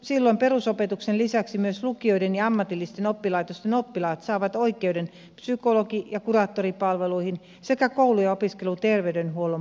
silloin perusopetuksen lisäksi myös lukioiden ja ammatillisten oppilaitosten oppilaat saavat oikeuden psykologi ja kuraattoripalveluihin sekä koulu ja opiskeluterveydenhuollon palveluihin